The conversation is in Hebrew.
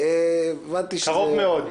הבנתי שבקרוב מאוד.